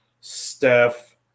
Steph